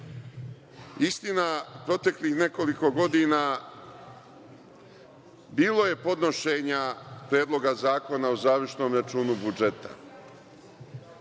proteklih nekoliko godina bilo je podnošenja Predloga zakona o završnom računu budžeta.